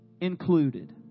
included